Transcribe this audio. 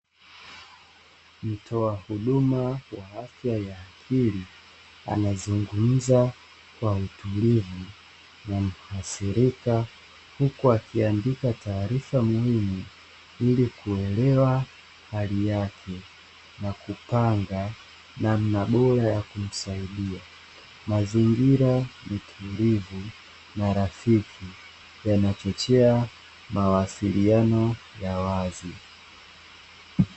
Mtoa huduma wa afya ya akili anazungumza kwa utulivu na muathirika huku akiandika taarifa muhimu ilikuelewa hali yake na kupanga namna bora ya kumsaidia, mazingira ni tulivu na rafiki yanachochea mawasiliano ya wazi.